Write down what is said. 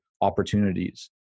opportunities